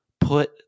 put